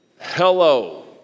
Hello